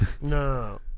No